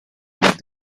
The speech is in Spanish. más